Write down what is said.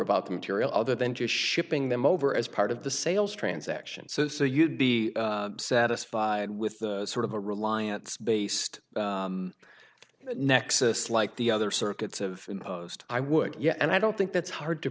the material other than just shipping them over as part of the sales transaction so so you'd be satisfied with the sort of a reliance based nexus like the other circuits of post i would yeah and i don't think that's hard to